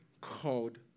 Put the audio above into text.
called